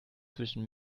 zwischen